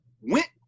went